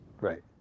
right